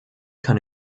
kann